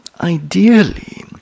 ideally